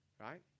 right